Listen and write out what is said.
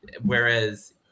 whereas